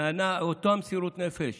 והינה אותה מסירות נפש